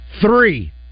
Three